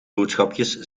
boodschapjes